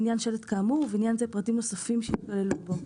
לעניין כאמור ובעניין זה פרטים נוספים שייכללו בו".